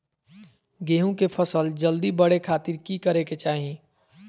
गेहूं के फसल जल्दी बड़े खातिर की करे के चाही?